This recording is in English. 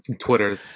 Twitter